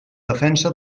defensa